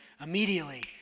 immediately